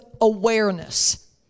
awareness